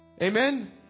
Amen